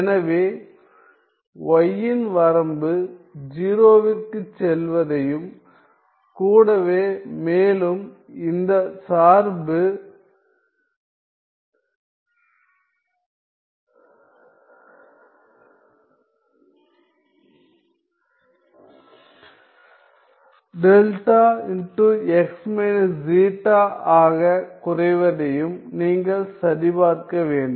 எனவே y இன் வரம்பு 0விற்குச் செல்வதையும் கூடவே மேலும் இந்த சார்பு δx−ξ ஆக குறைவதையும் நீங்கள் சரிபார்க்க வேண்டும்